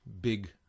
big